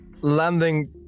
landing